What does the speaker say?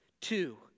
Two